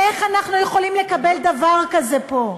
איך אנחנו יכולים לקבל דבר כזה פה?